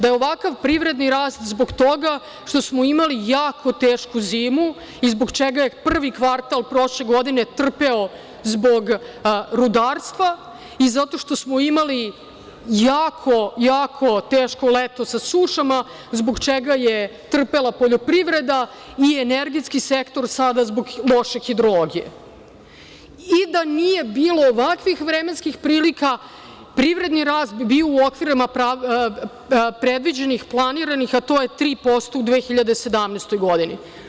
Da je ovakav privredni rast zbog toga što smo imali jako tešku zimu i zbog čega je prvi kvartal prošle godine trpeo zbog rudarstva i zato što smo imali jako teško leto, sa sušama, zbog čega je trpela poljoprivreda i energetski sektor sada zbog loše hidrologije, i da nije bilo ovakvih vremenskih prilika, privredni rast bi bio u okvirima predviđenih, planiranih, a to je 3% u 2017. godini.